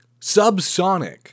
Subsonic